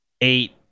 eight